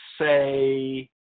say